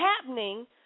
happening